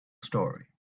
story